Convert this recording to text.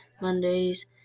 Mondays